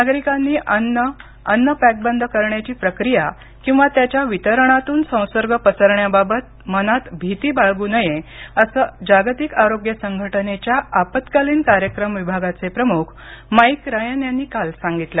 नागरिकांनी अन्न अन्न पॅकबंद करण्याची प्रक्रिया किंवा त्याच्या वितरणातून संसर्ग पसरण्याबाबत मनात भीती बाळगू नये असं जागतिक आरोग्य संघटनेच्या आपत्कालीन कार्यक्रम विभागाचे प्रमुख माईक रायन यांनी काल सांगितलं